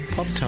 Pop